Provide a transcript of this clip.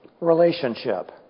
relationship